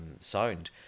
sound